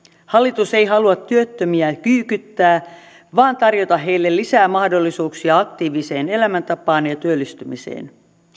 hallitus ei halua työttömiä kyykyttää vaan tarjota heille lisää mahdollisuuksia aktiiviseen elämäntapaan ja työllistymiseen